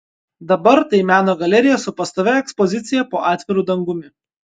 dabar tai meno galerija su pastovia ekspozicija po atviru dangumi